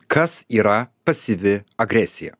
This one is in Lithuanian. kas yra pasyvi agresija